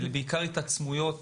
אלה בעיקר התעצמות